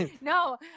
No